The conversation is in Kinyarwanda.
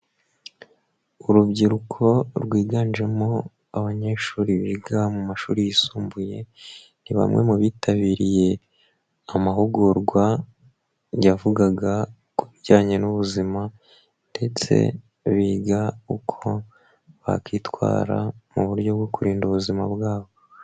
Urubyiruko rwiganjemo abanyeshuri biga mu mashuri yisumbuye. Ni bamwe mu bitabiriye amahugurwa yavugaga ku bijyanye n'ubuzima ndetse biga uko bakitwara mu buryo bwo kurinda ubuzima bwabo.